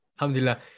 Alhamdulillah